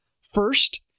First